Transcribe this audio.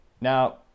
Now